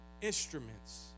instruments